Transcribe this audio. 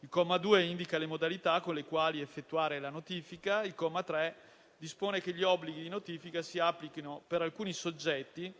Il comma 2 indica le modalità con le quali effettuare la notifica. Il comma 3 dispone che gli obblighi di notifica si applichino per alcuni soggetti